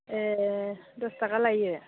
ए दस थाखा लायो